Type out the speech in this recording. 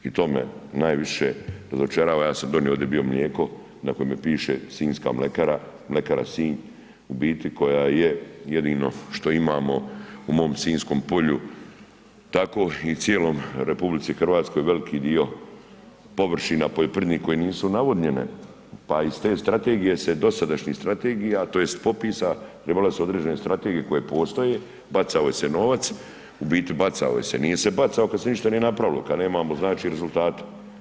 I to me najviše razočarava, ja sam donio ovdje bio mlijeko na kojemu piše Sinjska mljekara, Mljekara Sinj, u biti koja je jedino što imamo u mom Sinjskom polju, tako i cijelom RH veliki dio površina poljoprivrednih koje nisu navodnjene pa iz te strategije se, dosadašnje strategija, tj. popisa trebale su određene strategije koje postoje, bacao se novac, u biti bacao se, nije se bacao ako se ništa nije napravilo, kad nemamo znači rezultata.